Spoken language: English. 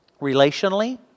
Relationally